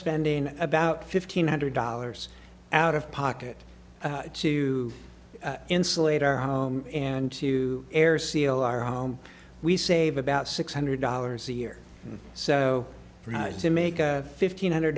spending about fifteen hundred dollars out of pocket to insulate our home and to air seal our home we save about six hundred dollars a year so to make a fifteen hundred